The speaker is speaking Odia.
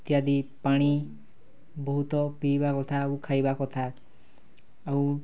ଇତ୍ୟାଦି ପାଣି ବହୁତ ପିଇବା କଥା ଆଉ ଖାଇବା କଥା ଆଉ